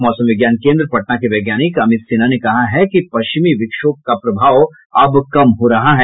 मौसम विज्ञान केन्द्र पटना के वैज्ञानिक अमित सिन्हा ने कहा है कि पश्चिम विक्षोभ का प्रभाव अब कम हो रहा है